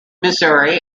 missouri